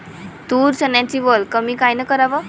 तूर, चन्याची वल कमी कायनं कराव?